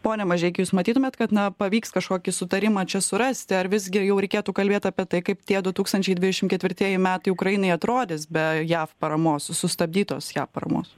pone mažeiki jūs matytumėt kad na pavyks kažkokį sutarimą čia surasti ar visgi jau reikėtų kalbėt apie tai kaip tie du tūkstančiai dvidešim ketvirtieji metai ukrainai atrodys be jav paramos sustabdytos jav paramos